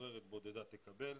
משוחררת בודדה תקבל.